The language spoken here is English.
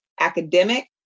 academic